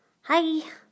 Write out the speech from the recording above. Hi